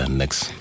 next